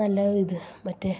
നല്ല ഇത് മറ്റേ